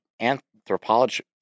anthropology